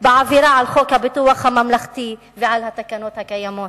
בעבירה על חוק ביטוח בריאות ממלכתי ועל התקנות הקיימות.